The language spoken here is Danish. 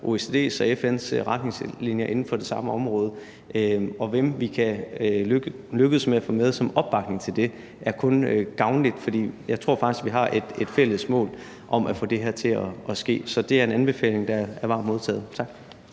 OECD's og FN's retningslinjer på det område. Og hvem vi end kan lykkes med at få med til at bakke om op om det, så er det kun gavnligt, for jeg tror faktisk, at vi har et fælles mål om at få det her til at ske. Så det er en anbefaling, der er varmt modtaget. Tak.